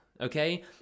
Okay